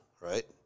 right